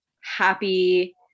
happy